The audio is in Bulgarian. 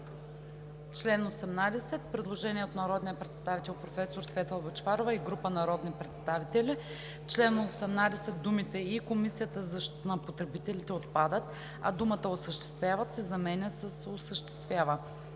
чл. 18 има предложение от народния представител професор Светла Бъчварова и група народни представители: „В чл. 18 думите „и Комисията за защита на потребителите“ отпадат, а думата ,,осъществяват“ се заменя с „осъществява“.“